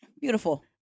beautiful